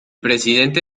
presidente